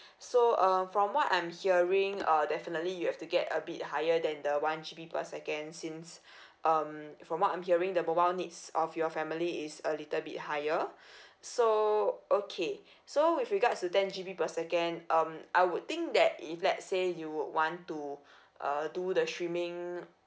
so um from what I'm hearing uh definitely you have to get a bit higher than the one G_B per second since um from what I'm hearing the mobile needs of your family is a little bit higher so okay so with regards to ten G_B per second um I would think that if let say you would want to uh do the streaming